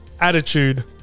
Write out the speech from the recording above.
attitude